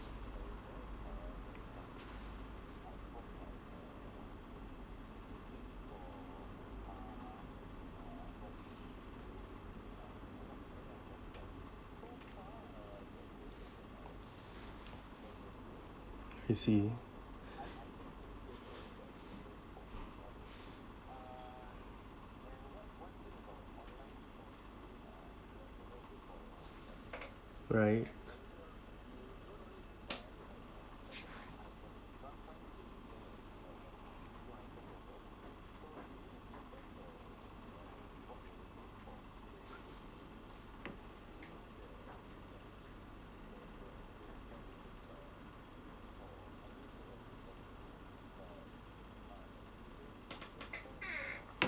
I see right